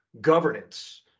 governance